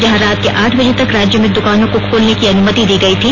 जहां रात के आठ बजे तक राज्य में दुकानों को खोलने की अनुमति दी गई थी